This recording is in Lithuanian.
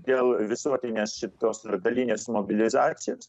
dėl visuotinės šitos dalinės mobilizacijos